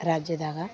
ರಾಜ್ಯದಾಗ